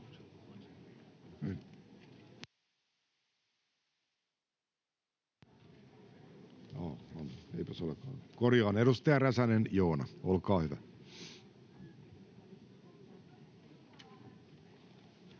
— Edustaja Räsänen, Joona, olkaa hyvä.